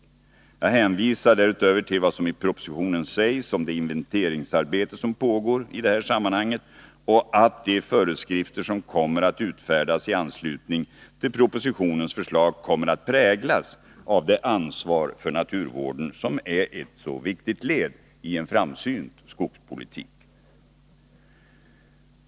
Därutöver hänvisar jag till vad som i propositionen sägs om det inventeringsarbete som pågår i detta sammanhang. De föreskrifter som kommer att utfärdas i anslutning till propositionens förslag kommer att präglas av det ansvar för naturvården som är ett så viktigt led i en framsynt skogspolitik.